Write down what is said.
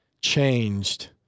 changed